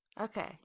Okay